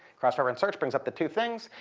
cross-reference search brings up the two things,